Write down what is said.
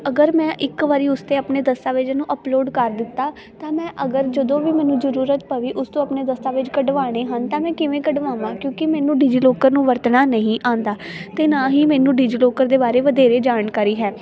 ਅਗਰ ਮੈਂ ਇੱਕ ਵਾਰ ਉਸ ਤੇ ਆਪਣੇ ਦਸਤਾਵੇਜਾਂ ਨੂੰ ਅਪਲੋਡ ਕਰ ਦਿੱਤਾ ਤਾਂ ਮੈਂ ਅਗਰ ਜਦੋਂ ਵੀ ਮੈਨੂੰ ਜ਼ਰੂਰਤ ਪਵੇ ਉਸ ਤੋਂ ਆਪਣੇ ਦਸਤਾਵੇਜ਼ ਕਢਵਾਉਣੇ ਹਨ ਤਾਂ ਮੈਂ ਕਿਵੇਂ ਕਢਵਾਵਾਂ ਕਿਉਂਕਿ ਮੈਨੂੰ ਡਿਜੀਲੋਕਰ ਨੂੰ ਵਰਤਣਾ ਨਹੀਂ ਆਉਂਦਾ ਅਤੇ ਨਾ ਹੀ ਮੈਨੂੰ ਡਿਜੀਲੋਕਰ ਦੇ ਬਾਰੇ ਵਧੇਰੇ ਜਾਣਕਾਰੀ ਹੈ